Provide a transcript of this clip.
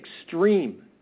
extreme